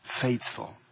Faithful